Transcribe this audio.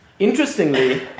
Interestingly